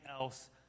else